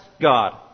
God